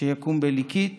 שיקום בליקית